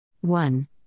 One